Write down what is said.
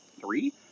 three